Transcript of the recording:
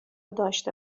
داشته